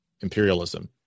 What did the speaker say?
imperialism